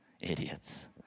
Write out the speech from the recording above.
idiots